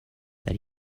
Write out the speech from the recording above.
that